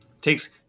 Takes